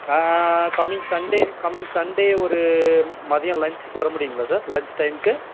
coming Sunday coming Sunday ஒரு மதியம் லன்ச்க்கு வர முடியுங்களா சார் லன்ச் டைம்க்கு